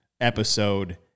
episode